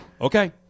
Okay